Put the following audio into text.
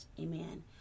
amen